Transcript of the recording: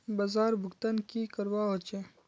बाजार भुगतान की करवा होचे?